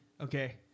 Okay